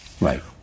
Right